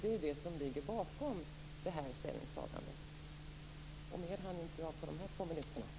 Det är det som ligger bakom detta ställningstagande. Mer hann jag inte på dessa två minuter.